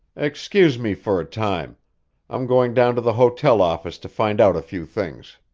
excuse me for a time i'm going down to the hotel office to find out a few things.